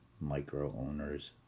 micro-owners